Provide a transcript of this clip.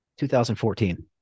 2014